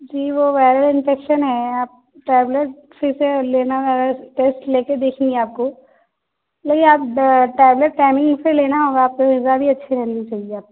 جی وہ viral infection ہے آپ ٹیبلٹ پھر سے لینا ہے ٹیسٹ لے کے دیکھیں گے آپ کو نہیں آپ ٹیبلٹ ٹائمنگ سے لینا ہے وہ آپ کو بھی اچھی ہونی چاہیے آپ کی